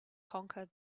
conquer